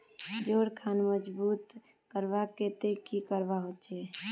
जोड़ खान मजबूत करवार केते की करवा होचए?